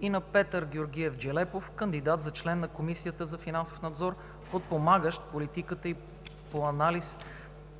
и на Петър Георгиев Джелепов – кандидат за член на Комисията за финансов надзор, подпомагащ политиката ѝ по анализ